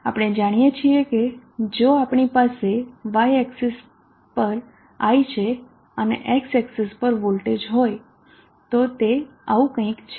આપણે જાણીએ છીએ કે જો આપણી પાસે y એક્સીસ પર I છે અને x એક્સીસ પર વોલ્ટેજ હોય તો તે આવું કંઈક છે